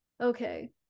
okay